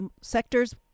sectors